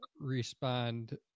respond